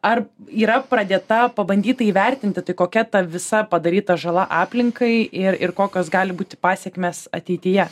ar yra pradėta pabandyt tai įvertinti tai kokia ta visa padaryta žala aplinkai ir ir kokios gali būti pasekmės ateityje